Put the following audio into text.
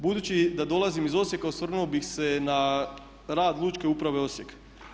Budući da dolazim iz Osijeka osvrnuo bih se na rad Lučke uprave Osijek.